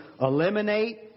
Eliminate